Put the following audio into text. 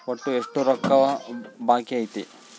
ಒಟ್ಟು ಎಷ್ಟು ರೊಕ್ಕ ಬಾಕಿ ಐತಿ?